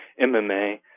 MMA